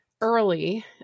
early